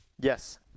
yes